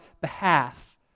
behalf